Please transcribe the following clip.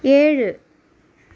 ഏഴ്